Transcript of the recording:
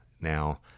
now